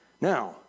Now